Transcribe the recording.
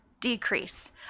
decrease